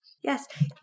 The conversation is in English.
Yes